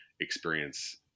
Experience